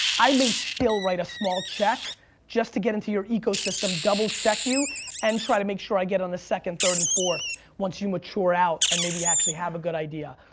i may still write a small check just to get into your ecosystem. double check you and try to make sure i get on the second, third, and fourth once you mature out and maybe actually have a good idea.